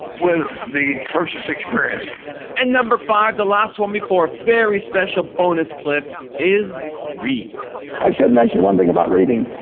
with the purchase experience and number five the last one before a very special bonus clip is read i should mention one thing about reading